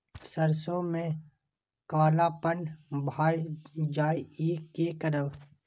सरसों में कालापन भाय जाय इ कि करब?